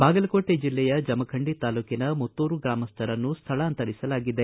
ಬಾಗಲಕೋಟೆ ಜಿಲ್ಲೆಯ ಜಮಖಂಡಿ ತಾಲೂಕಿನ ಮುತ್ತೂರು ಗ್ರಾಮಸ್ಥರನ್ನು ಸ್ಥಳಾಂತರಗೊಳಿಸಲಾಗಿದೆ